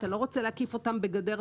אתה לא רוצה להקיף אותן בגדר,